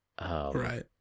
Right